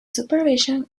supervision